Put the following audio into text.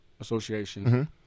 Association